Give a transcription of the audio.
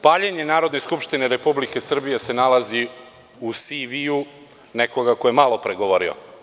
Paljenje Narodne skupštine Republike Srbije se nalazi u CV nekoga ko je malo pre govorio.